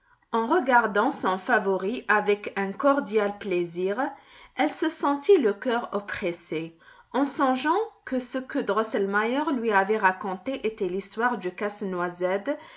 en regardant son favori avec un cordial plaisir elle se sentit le cœur oppressé en songeant que ce que drosselmeier lui avait raconté était l'histoire du casse-noisette